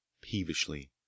peevishly